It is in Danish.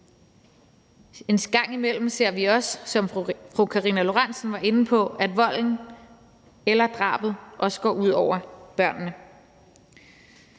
En gang imellem ser vi også, som fru Karina Lorentzen Dehnhardt var inde på, at volden eller drabet også går ud over børnene.